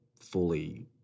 fully